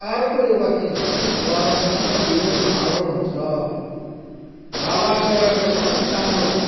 अर्को एउटा के छ भने गरममा यो घाँडो हुन्छ छालाको ज्याकेट त झन घाँडो हुन्छ